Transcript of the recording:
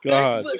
God